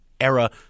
era